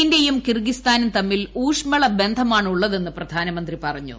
ഇന്ത്യയും കിർഗിസ്ഥാനും തമ്മിൽ ഊഷ്മള ബന്ധമാണുള്ളതെന്ന് പ്രധാനമന്ത്രി പറഞ്ഞു